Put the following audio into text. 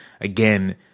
Again